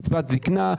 קצבת זקנה.